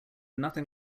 nothing